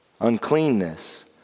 Uncleanness